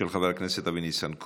של חבר הכנסת אבי ניסנקורן.